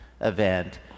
event